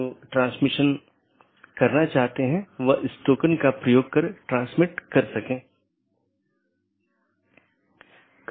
BGP किसी भी transport layer का उपयोग नहीं करता है ताकि यह निर्धारित किया जा सके कि सहकर्मी उपलब्ध नहीं हैं या नहीं